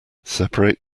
separate